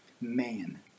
Man